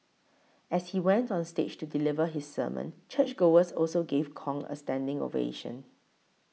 as he went on stage to deliver his sermon churchgoers also gave Kong a standing ovation